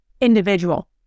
individual